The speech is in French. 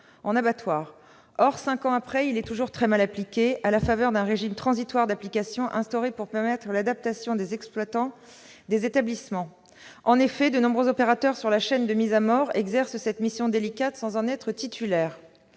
en abattoir. Or, cinq ans après, il est toujours très mal appliqué, à la faveur d'un régime transitoire d'application instauré pour permettre l'adaptation des exploitants des établissements. En effet, de nombreux opérateurs sur la chaîne de mise à mort exercent cette mission délicate sans être titulaires